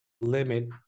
limit